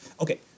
Okay